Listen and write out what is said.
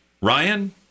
Ryan